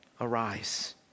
arise